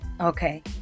Okay